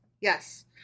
Yes